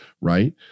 Right